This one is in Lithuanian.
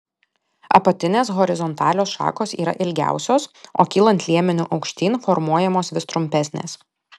apatinės horizontalios šakos yra ilgiausios o kylant liemeniu aukštyn formuojamos vis trumpesnės